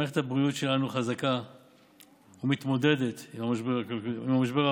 מערכת הבריאות שלנו חזקה ומתמודדת עם המשבר הבריאותי